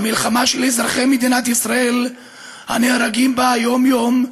המלחמה של אזרחי מדינת ישראל הנהרגים בה יום-יום,